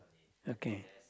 okay